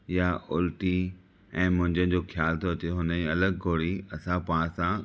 या उल्टी ऐं मुन्झनि जो ख़्यालु तो थे हुन ई अलॻि गोरी असां पाण सां